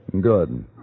Good